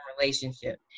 relationship